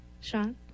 Sean